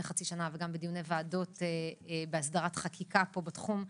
חצי שנה וגם בדיוני ועדות והסדרת חקיקה פה בתחום,